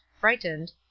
frightened